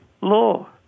law